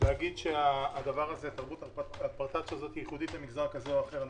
להגיד שתרבות הפרטץ' הזאת ייחודית למגזר כזה או אחר.